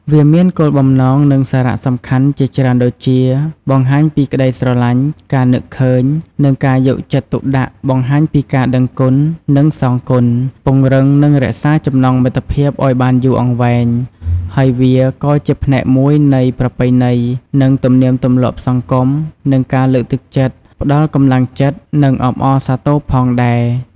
វាមានគោលបំណង និងសារៈសំខាន់ជាច្រើនដូចជា បង្ហាញពីក្តីស្រឡាញ់ ការនឹកឃើញ និងការយកចិត្តទុកដាក់ បង្ហាញពីការដឹងគុណ និងសងគុណ ពង្រឹង និងរក្សាចំណងមិត្តភាពឲ្យបានយូរអង្វែង ហើយវាក៏ជាផ្នែកមួយនៃប្រពៃណី និងទំនៀមទម្លាប់សង្គម និងការលើកទឹកចិត្ត ផ្តល់កម្លាំងចិត្ត និងអបអរសាទរផងដែរ។